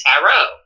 Tarot